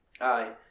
Aye